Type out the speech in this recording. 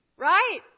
Right